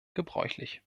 gebräuchlich